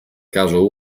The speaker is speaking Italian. caso